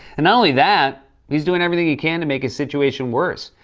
and, not only that, he's doing everything he can to make a situation worse.